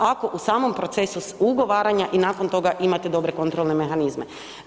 Čak ako u samom procesu ugovaranja i nakon toga imate dobre kontrolne mehanizme.